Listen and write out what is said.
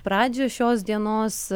pradžią šios dienos